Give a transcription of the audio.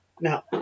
Now